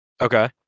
Okay